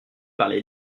parler